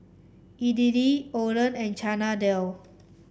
Idili Oden and Chana Dal